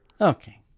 Okay